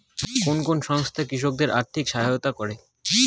কোন কোন সংস্থা কৃষকদের আর্থিক সহায়তা করে?